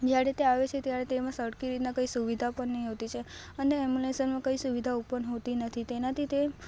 જ્યારે તે આવે છે ત્યારે તેમાં સરખી રીતના કંઈ સુવિધા પણ નથી હોતી છે અને એમ્બ્યુલન્સમાં કંઈ સુવિધાઓ પણ હોતી નથી તેનાથી તે